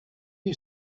you